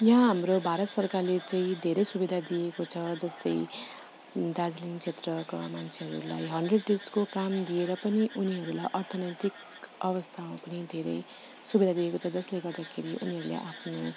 यहाँ हाम्रो भारत सरकारले चाहिँ धेरै सुविधा दिएको छ जस्तै दार्जिलिङ क्षेत्रका मान्छेहरूलाई हन्ड्रेड डेजको काम दिएर पनि उनीहरूलाई अर्थनैतिक अवस्थामा पनि धेरै सुविधा दिएको छ जसले गर्दाखेरि उनीहरूले आफ्नो